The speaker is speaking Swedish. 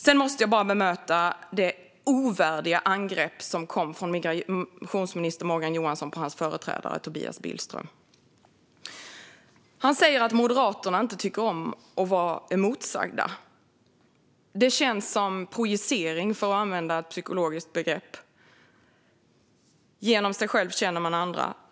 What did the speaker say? Sedan måste jag bara bemöta det ovärdiga angrepp som migrationsminister Morgan Johansson gjorde på sin företrädare Tobias Billström. Morgan Johansson säger att Moderaterna inte tycker om att bli motsagda. Det känns som projicering, för att använda ett psykologiskt begrepp. Genom sig själv känner man andra.